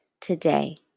today